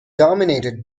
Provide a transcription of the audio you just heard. dominated